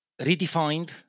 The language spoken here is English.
redefined